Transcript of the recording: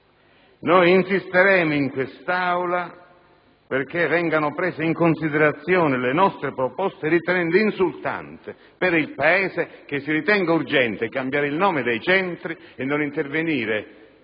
noi insisteremo in quest'Aula perché vengano prese in considerazione le nostre proposte, ritenendo insultante per il Paese che si ritenga urgente cambiare il nome dei centri e non intervenire